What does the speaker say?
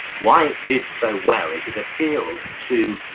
why did so well it had appealed to?